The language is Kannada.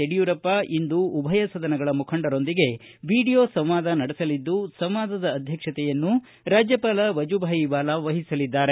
ಯಡಿಯೂರಪ್ಪ ಇಂದು ಉಭಯ ಸದನಗಳ ಮುಖಂಡರೊಂದಿಗೆ ವಿಡಿಯೋ ಸಂವಾದ ನಡೆಸಲಿದ್ದು ಸಂವಾದದ ಅಧ್ಯಕ್ಷತೆಯನ್ನು ರಾಜ್ಯಪಾಲ ವಜೂಭಾಯ್ ವಾಲಾ ವಹಿಸಲಿದ್ದಾರೆ